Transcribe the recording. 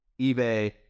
eBay